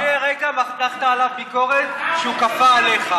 לפני רגע מתחת עליו ביקורת שהוא כפה עליך.